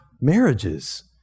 marriages